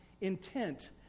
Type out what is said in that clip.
intent